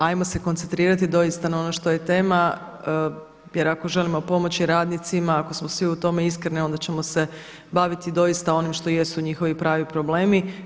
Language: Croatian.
Ajmo se koncentrirati doista na ono što je tema jer ako želimo pomoći radnicima, ako smo svi u tome iskreni onda ćemo se baviti onim što jesu njihovi pravi problemi.